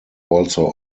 also